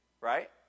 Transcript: right